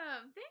thank